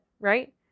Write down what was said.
Right